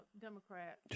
Democrat